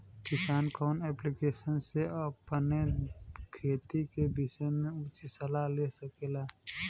किसान कवन ऐप्लिकेशन से अपने खेती के विषय मे उचित सलाह ले सकेला?